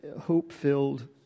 hope-filled